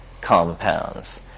compounds